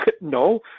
No